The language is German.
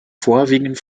vorwiegend